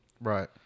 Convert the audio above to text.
Right